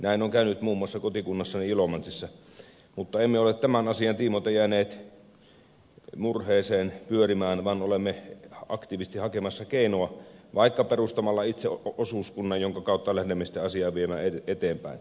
näin on käynyt muun muassa kotikunnassani ilomantsissa mutta emme ole tämän asian tiimoilta jääneet murheeseen pyörimään vaan olemme aktiivisesti hakemassa keinoa vaikka perustamalla itse osuuskunnan jonka kautta lähdemme sitä asiaa viemään eteenpäin